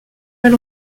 mal